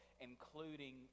including